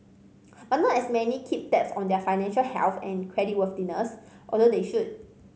but not as many keep tabs on their financial health and creditworthiness although they should